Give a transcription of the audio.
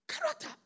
Character